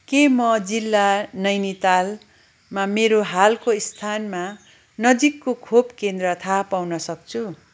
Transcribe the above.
के म जिल्ला नैनीतालमा मेरो हालको स्थानमा नजिकको खोप केन्द्र थाहा पाउन सक्छु